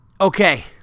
okay